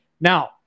Now